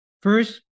First